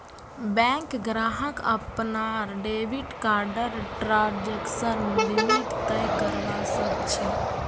bank ग्राहक अपनार debit कार्डर ट्रांजेक्शन लिमिट तय करवा सख छ